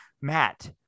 Matt